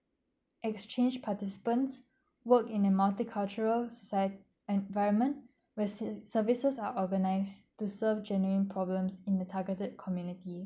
exchange participants work in the multicultural socie~ environment where se~ services are organised to serve genuine problems in the targeted community